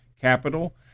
Capital